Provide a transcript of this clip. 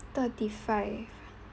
thirty five